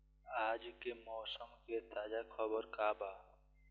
आज के मौसम के ताजा खबर का बा?